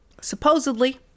supposedly